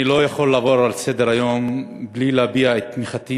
אני לא יכול לעבור לסדר-היום בלי להביע את תמיכתי